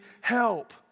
help